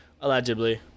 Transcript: Allegedly